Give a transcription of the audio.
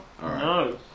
No